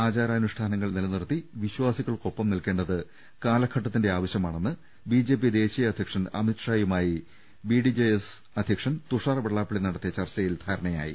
ആചാരാനുഷ്ഠാനങ്ങൾ നിലനിർത്തി വിശ്വാസികൾക്കൊപ്പം നിൽക്കേണ്ടത് കാലഘട്ടത്തിന്റെ ആവശ്യമാണെന്ന് ബി ജെ പി ദേശീയ അധ്യ ക്ഷൻ അമിത് ഷായുമായി ബി ഡി ജെ എസ് അധ്യക്ഷൻ തുഷാർ വെള്ളാപ്പള്ളി നടത്തിയ ചർച്ചയിൽ ധാരണയായി